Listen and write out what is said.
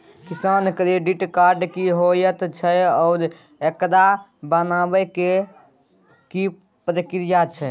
किसान credit card की होयत छै आ एकरा बनाबै के की प्रक्रिया छै?